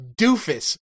doofus